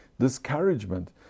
discouragement